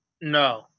No